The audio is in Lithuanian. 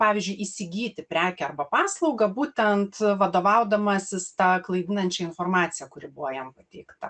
pavyzdžiui įsigyti prekę arba paslaugą būtent vadovaudamasis ta klaidinančia informacija kuri buvo jam pateikta